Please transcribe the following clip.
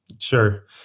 Sure